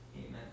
Amen